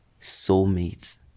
soulmates